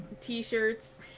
t-shirts